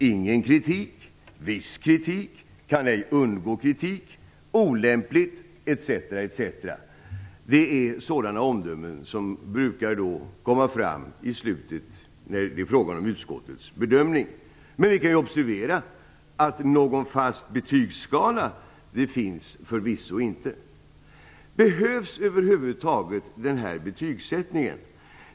Ingen kritik, viss kritik, kan ej undgå kritik, olämpligt, etc. - det är sådana omdömen som brukar fällas i utskottets bedömning. Men vi kan observera att någon fast betygsskala förvisso inte finns. Behövs den här betygsättningen över huvud taget?